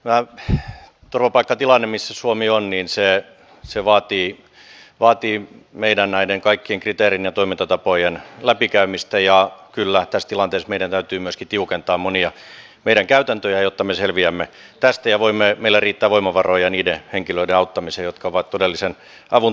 tämä turvapaikkatilanne missä suomi on vaatii näiden meidän kaikkien kriteerien ja toimintatapojen läpikäymistä ja kyllä tässä tilanteessa meidän täytyy myöskin tiukentaa monia meidän käytäntöjä jotta me selviämme tästä ja meillä riittää voimavaroja niiden henkilöiden auttamiseen jotka ovat todellisen avun tarpeessa